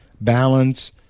balance